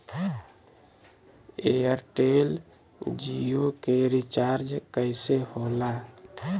Airtel Jio के recharge कैसे होला?